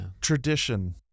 Tradition